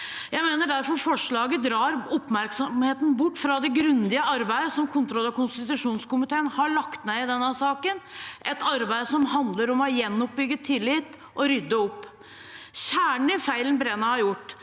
derfor forslaget drar oppmerksomheten bort fra det grundige arbeidet kontroll- og konstitusjonskomiteen har lagt ned i denne saken, et arbeid som handler om å gjenoppbygge tillit og rydde opp. Kjernen i feilen Brenna har gjort,